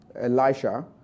Elisha